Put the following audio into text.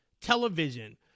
television